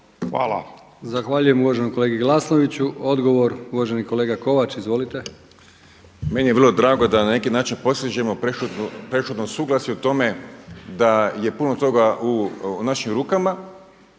(HDZ)** Zahvaljujem uvaženom kolegi Glasnoviću. Odgovor uvaženi kolega Kovač. Izvolite. **Kovač, Miro (HDZ)** Meni je vrlo drago da na neki način posežemo prešutno suglasje u tome da je puno toga u našim rukama.